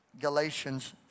Galatians